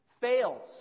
fails